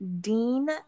Dean